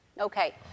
okay